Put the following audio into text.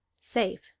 safe